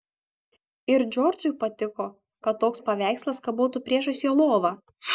ir džordžui patiko kad toks paveikslas kabotų priešais jo lovą